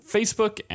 Facebook